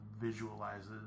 visualizes